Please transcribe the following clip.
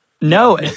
No